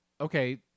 Okay